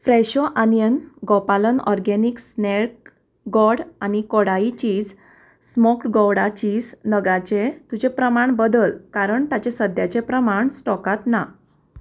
फ्रॅशो onion Gopalan organics snack गोड आनी Kodai cheese smoked gouda cheese नगाचें तुजें प्रमाण बदल कारण ताचें सद्याचें प्रमाण स्टॉकांत ना